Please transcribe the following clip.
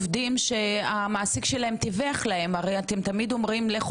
הרי אתם תמיד אומרים לכו למעסיק והמעסיק אולי יסביר להם את העניינים,